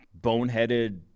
boneheaded –